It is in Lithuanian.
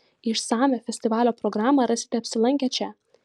išsamią festivalio programą rasite apsilankę čia